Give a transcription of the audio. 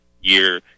year